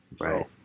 Right